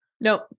Nope